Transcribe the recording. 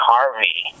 Harvey